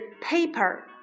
Paper